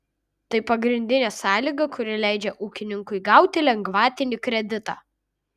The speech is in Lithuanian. tai pagrindinė sąlyga kuri leidžia ūkininkui gauti lengvatinį kreditą